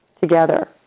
together